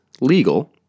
legal